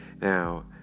Now